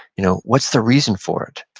you know what's the reason for it?